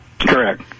Correct